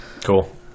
Cool